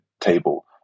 table